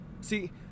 See